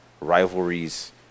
rivalries